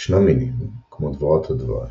ישנם מינים, כמו דבורת הדבש,